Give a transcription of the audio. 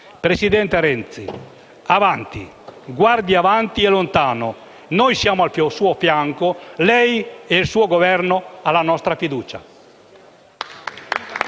Presidente Renzi, avanti, guardi avanti e lontano. Noi siamo al suo fianco. Lei e il suo Governo avete la nostra fiducia.